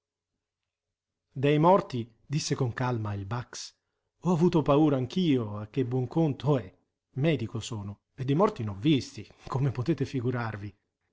dei morti disse con calma il bax ho avuto paura anch'io che a buon conto ohè medico sono e di morti n'ho visti come potete figurarvi